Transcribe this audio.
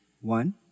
One